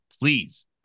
please